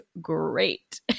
great